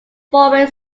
foreign